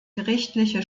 gerichtliche